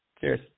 Cheers